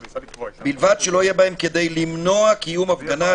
בלבד שלא יהיה בהם כדי למנוע קיום הפגנה,